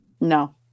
No